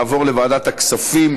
נא להצביע.